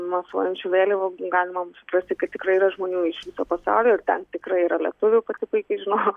mosuojančių vėliavų galima suprasti kad tikrai yra žmonių iš viso pasaulio ir ten tikrai yra lietuvių pati puikiai žinojo